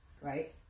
right